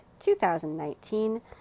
2019